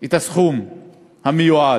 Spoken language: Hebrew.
את הסכום המיועד.